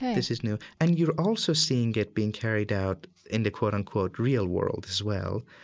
this is new. and you're also seeing it being carried out in the, quote, unquote, real world as well,